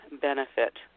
benefit